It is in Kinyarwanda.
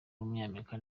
w’umunyamerika